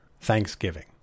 Thanksgiving